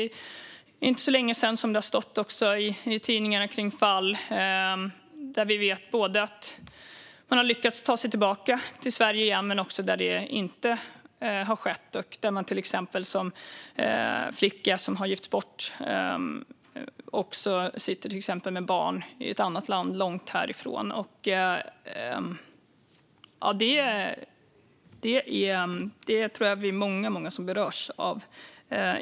Det var inte länge sedan det stod i tidningarna om fall både där man lyckats ta sig tillbaka till Sverige igen och också där det inte har skett, till exempel flickor som har gifts bort och som nu sitter med barn i ett annat land långt härifrån. Jag tror att vi är många som berörs av detta.